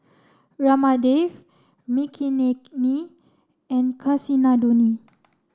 Ramdev Makineni and Kasinadhuni